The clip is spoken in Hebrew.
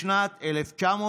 בחייך,